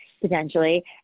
potentially